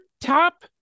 top